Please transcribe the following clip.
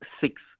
six